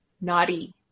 naughty